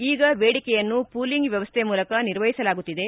ಈಗ ಬೇಡಿಕೆಯನ್ನು ಪೂಲಿಂಗ್ ವ್ಣವಸ್ಥೆ ಮೂಲಕ ನಿರ್ವಹಿಸಲಾಗುತ್ತಿದೆ